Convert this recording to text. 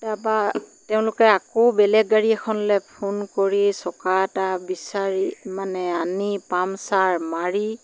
তাৰপৰা তেওঁলোকে আকৌ বেলেগ গাড়ী এখনলৈ ফোন কৰি চকা এটা বিচাৰি মানে আনি পামচাৰ মাৰি